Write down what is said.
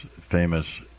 famous